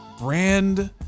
Brand